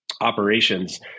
operations